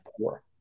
poor